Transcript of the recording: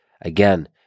Again